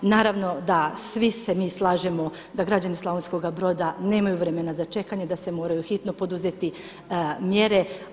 Naravno da svi se mi slažemo da građani Slavonskoga Broda nemaju vremena za čekanje, da se moraju hitno poduzeti mjere.